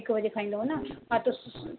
हिक बजे खाईंदव न हा त